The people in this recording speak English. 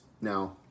Now